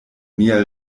nia